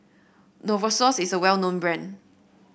Novosource is a well known brand